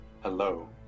hello